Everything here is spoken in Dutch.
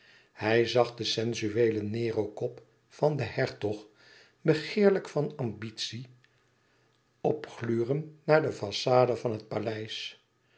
hij zag den sensueelen nero kop van den hertog begeerlijk van ambitie opgluren naar de façade van het paleis